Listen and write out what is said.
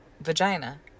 vagina